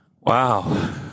Wow